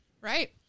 Right